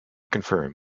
confirm